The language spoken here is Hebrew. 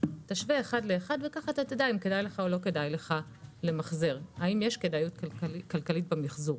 תשווה אחד לאחד וכך תדע אם יש כדאיות כלכלית במחזור.